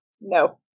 No